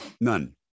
None